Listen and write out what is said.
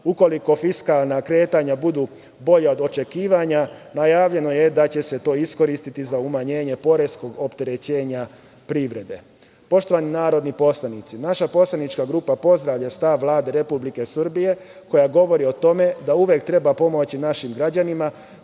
ukoliko fiskalna kretanja budu bolja od očekivanja najavljeno je da će se to iskoristiti za umanjenje poreskog opterećenja privrede. Poštovani narodni poslanici, naša poslanička grupa pozdravlja stav Vlade Republike Srbije, koja govori o tome da uvek treba pomoći našim građanima